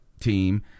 team